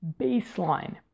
baseline